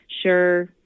sure